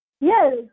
Yes